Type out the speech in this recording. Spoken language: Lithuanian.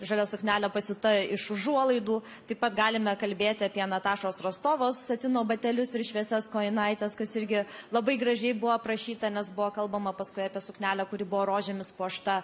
žalia suknelė pasiūta iš užuolaidų taip pat galime kalbėti apie natašos rostovos satino batelius ir šviesias kojinaites kas irgi labai gražiai buvo aprašyta nes buvo kalbama paskui apie suknelę kuri buvo rožėmis puošta